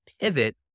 pivot